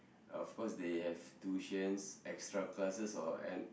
of course they have tuitions extra classes or en~